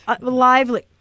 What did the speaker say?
Lively